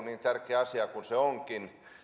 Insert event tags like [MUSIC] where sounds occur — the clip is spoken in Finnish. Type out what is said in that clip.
[UNINTELLIGIBLE] niin tärkeä asia kuin se onkin